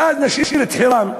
ואז נשאיר את חירן.